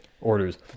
orders